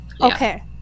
Okay